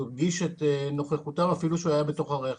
הוא הרגיש את נוכחותם אפילו שהוא היה בתוך הרחם.